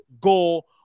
goal